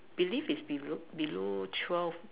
believe it's below below twelve